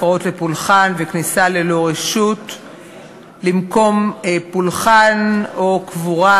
הפרעות לפולחן וכניסה ללא רשות למקום פולחן או קבורה,